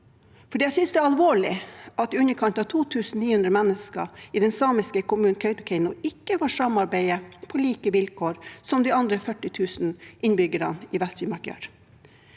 jeg synes det er alvorlig at i underkant av 2 900 mennesker i den samiske kommunen Kautokeino ikke får samarbeide på like vilkår som de andre 40 000 innbyggere i Vest-Finnmark gjør.